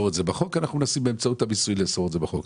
אנחנו מנסים באמצעות המיסוי לאסור את זה בחוק.